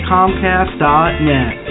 Comcast.net